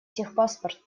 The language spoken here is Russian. техпаспорт